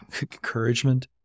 encouragement